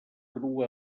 crua